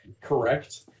correct